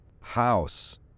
house